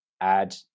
add